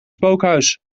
spookhuis